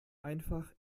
einfach